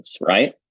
Right